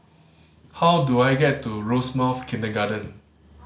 how do I get to Rosemount Kindergarten